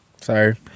Sorry